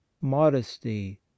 modesty